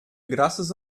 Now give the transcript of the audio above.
graças